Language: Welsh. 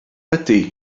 ydy